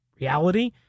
reality